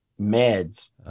meds